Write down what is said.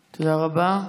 רבה.